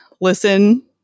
listen